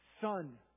son